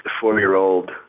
four-year-old